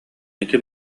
ити